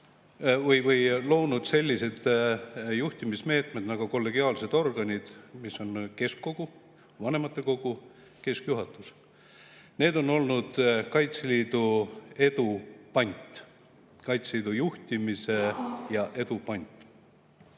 on loonud sellised juhtimismeetmed nagu kollegiaalsed organid, mis on keskkogu, vanematekogu ja keskjuhatus. Need on olnud Kaitseliidu edu pant – Kaitseliidu juhtimise ja edu pant.